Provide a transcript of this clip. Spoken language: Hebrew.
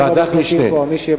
ועדת משנה.